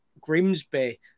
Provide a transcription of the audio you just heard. Grimsby